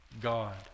God